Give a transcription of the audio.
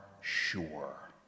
sure